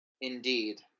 Indeed